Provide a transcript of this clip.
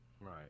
Right